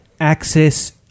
access